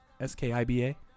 S-K-I-B-A